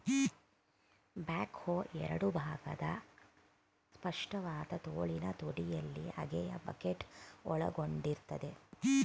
back ಹೋ ಎರಡು ಭಾಗದ ಸ್ಪಷ್ಟವಾದ ತೋಳಿನ ತುದಿಯಲ್ಲಿ ಅಗೆಯೋ ಬಕೆಟ್ನ ಒಳಗೊಂಡಿರ್ತದೆ